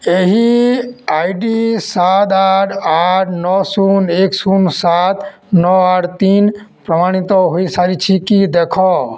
ଏହି I D ସାତ ଆଠ ଆଠ ନଅ ଶୂନ ଏକ ଶୂନ ସାତ ନଅ ଆଠ ତିନି ପ୍ରମାଣିତ ହୋଇସାରିଛି କି ଦେଖ